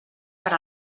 per